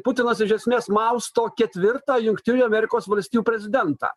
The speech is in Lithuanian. putinas iš esmės mausto ketvirtą jungtinių amerikos valstijų prezidentą